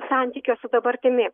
santykio su dabartimi